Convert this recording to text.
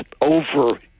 over